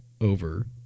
over